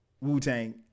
Wu-Tang